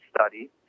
study